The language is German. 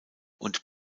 und